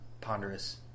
ponderous